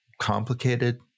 complicated